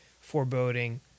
foreboding